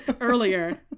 earlier